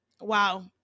Wow